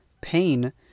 pain